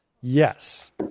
yes